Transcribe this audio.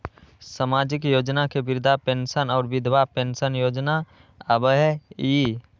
सामाजिक योजना में वृद्धा पेंसन और विधवा पेंसन योजना आबह ई?